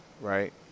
right